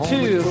Two